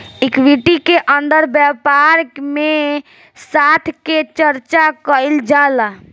equity के अंदर व्यापार में साथ के चर्चा कईल जाला